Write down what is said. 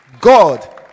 God